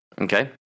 okay